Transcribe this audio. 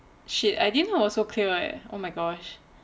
shit I didn't know I was so clear eh oh my gosh